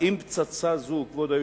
האם פצצה זו, כבוד היושב-ראש,